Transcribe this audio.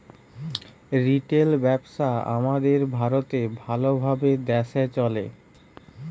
retail ব্যবসা আমাদের ভারতে ভাল ভাবে দ্যাশে চলে